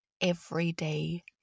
everyday